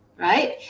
right